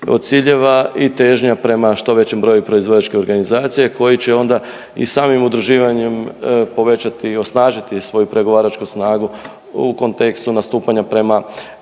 od ciljeva i težnja prema što većem broju proizvođačke organizacije, koji će onda i samim udruživanjem povećati i osnažiti svoju pregovaračku snagu u kontekstu nastupanja prema